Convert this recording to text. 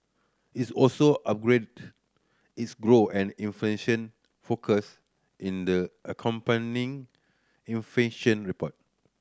it's also upgraded its growth and inflation forecast in the accompanying inflation report